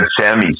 sammy